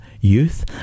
youth